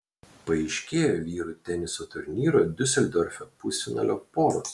paaiškėjo vyrų teniso turnyro diuseldorfe pusfinalio poros